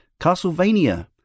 Castlevania